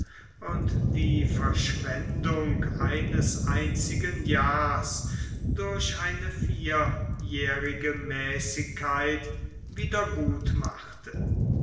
und die verschwendung eines einzigen jahres durch eine vierjährige mäßigkeit wieder gut machte